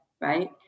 right